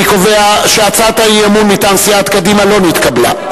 אני קובע שהצעת האי-אמון מטעם סיעת קדימה לא נתקבלה.